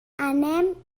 anem